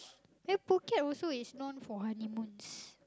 the Phuket also is known for honeymoons